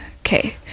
okay